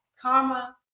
karma